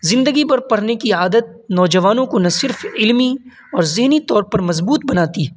زندگی بھر پڑھنے کی عادت نوجوانوں کو نہ صرف علمی اور ذہنی طور پر مضبوط بناتی ہے